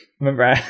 Remember